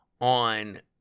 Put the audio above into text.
on